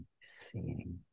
seeing